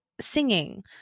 singing